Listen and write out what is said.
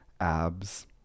abs